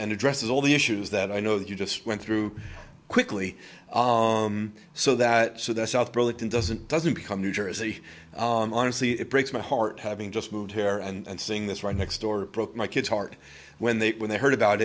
addresses all the issues that i know that you just went through quickly so that so that south burlington doesn't doesn't become new jersey honestly it breaks my heart having just moved here and seeing this right next door broke my kid's heart when they when they heard about